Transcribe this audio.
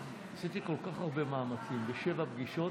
עשית כל כך הרבה מאמצים ושבע פגישות